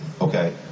Okay